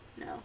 No